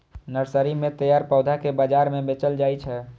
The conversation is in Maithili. नर्सरी मे तैयार पौधा कें बाजार मे बेचल जाइ छै